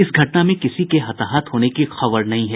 इस घटना में किसी के हताहत होने की खबर नहीं है